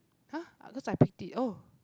!huh! cause I picked it oh